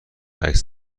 عکس